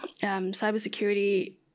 Cybersecurity